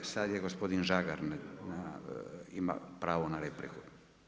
Sad gospodin Žagar ima pravo na repliku.